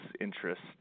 interest